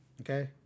Okay